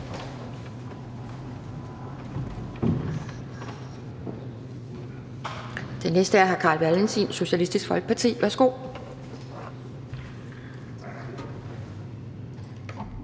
Den næste er hr. Carl Valentin, Socialistisk Folkeparti. Værsgo.